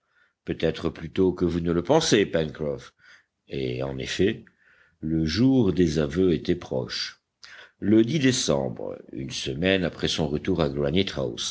peut-être plus tôt que vous ne le pensez pencroff et en effet le jour des aveux était proche le décembre une semaine après son retour à